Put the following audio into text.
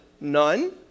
None